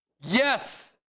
Yes